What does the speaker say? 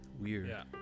Weird